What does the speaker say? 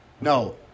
No